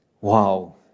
Wow